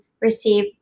receive